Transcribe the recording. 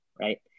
right